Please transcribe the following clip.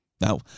Now